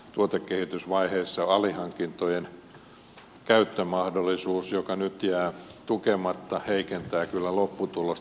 tuotekehitysvaiheessa alihankintojen käyttömahdollisuus joka nyt jää tukematta heikentää kyllä lopputulosta